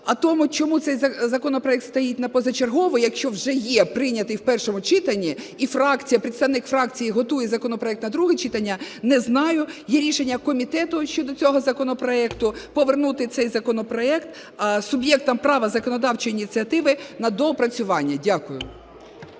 А тому, чому цей законопроект стоїть на позачергове, якщо вже є, прийнятий в першому читанні і фракція, представник фракції готує законопроект на друге читання, не знаю. Є рішення комітету щодо цього законопроекту, повернути цей законопроект суб'єктам права законодавчої ініціативи на доопрацювання. Дякую.